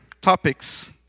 topics